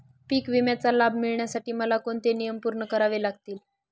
पीक विम्याचा लाभ मिळण्यासाठी मला कोणते नियम पूर्ण करावे लागतील?